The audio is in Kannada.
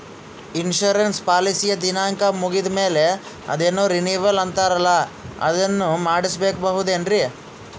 ಇನ್ಸೂರೆನ್ಸ್ ಪಾಲಿಸಿಯ ದಿನಾಂಕ ಮುಗಿದ ಮೇಲೆ ಅದೇನೋ ರಿನೀವಲ್ ಅಂತಾರಲ್ಲ ಅದನ್ನು ಮಾಡಿಸಬಹುದೇನ್ರಿ?